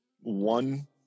one